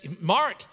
Mark